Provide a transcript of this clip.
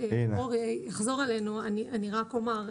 אני מתנגד לדברים האלה.